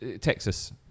Texas